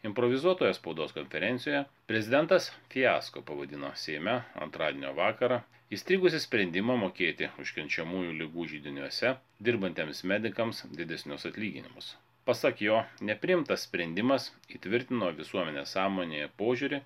improvizuotoje spaudos konferencijoje prezidentas fiasko pavadino seime antradienio vakarą įstrigusį sprendimą mokėti užkrečiamųjų ligų židiniuose dirbantiems medikams didesnius atlyginimus pasak jo nepriimtas sprendimas įtvirtino visuomenės sąmonėje požiūrį